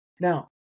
Now